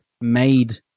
made